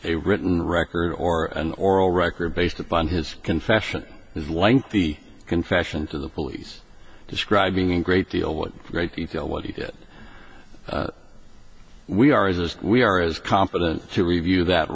a written record or an oral record based upon his confession his lengthy confession to the police describing in great deal what great detail what he did we are as we are as competent to review that